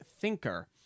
thinker